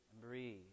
Breathe